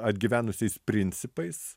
atgyvenusiais principais